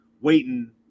waiting